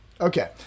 Okay